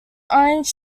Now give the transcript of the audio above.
orange